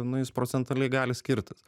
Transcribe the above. nu jis procentaliai gali skirtis